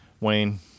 Wayne